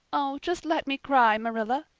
oh, just let me cry, marilla,